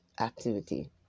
activity